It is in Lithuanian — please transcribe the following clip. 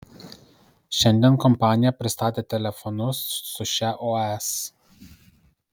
šiandien kompanija pristatė telefonus su šia os